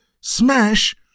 Smash